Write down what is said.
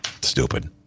Stupid